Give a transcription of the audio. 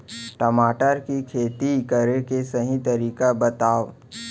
टमाटर की खेती करे के सही तरीका बतावा?